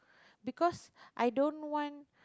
because I don't want